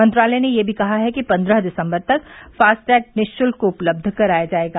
मंत्रालय ने यह भी कहा है कि पन्द्रह दिसम्बर तक फास्टैग निशुल्क उपलब्ध कराया जाएगा